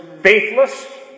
faithless